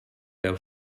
veu